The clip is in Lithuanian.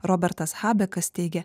robertas chabekas teigia